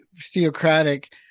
theocratic